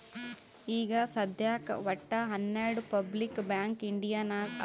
ಈಗ ಸದ್ಯಾಕ್ ವಟ್ಟ ಹನೆರ್ಡು ಪಬ್ಲಿಕ್ ಬ್ಯಾಂಕ್ ಇಂಡಿಯಾ ನಾಗ್ ಅವಾ